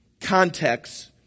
context